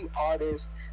artists